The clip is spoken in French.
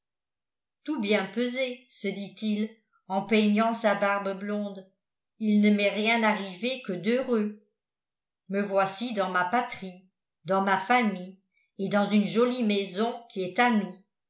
tout bien pesé se disait-il en peignant sa barbe blonde il ne m'est rien arrivé que d'heureux me voici dans ma patrie dans ma famille et dans une jolie maison qui est à nous